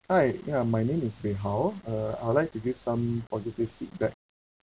hi ya my name is wei hao uh I would like to give some positive feedback